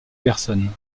personnes